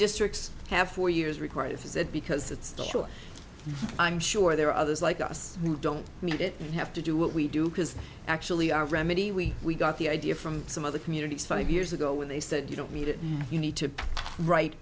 districts have for years require this is it because it's i'm sure there are others like us who don't need it and have to do what we do because actually our remedy we we got the idea from some other communities five years ago when they said you don't need it you need to write